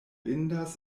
indas